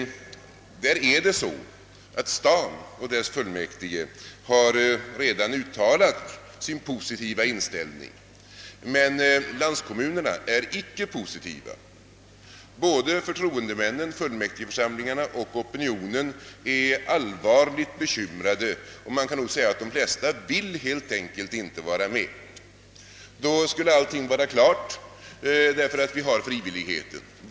Där har stadens fullmäktige redan uttalat sin positiva inställning, men landskommunerna är inte positiva. Opinionen i dessa kommuner, förtroendemännen, fullmäktigeförsamlingarna är allvarligt bekymrade, och man kan nog säga att de flesta helt enkelt inte vill vara med. Då skulle allt vara klart, eftersom vi har gått in för frivillighet på detta område.